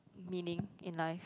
meaning in life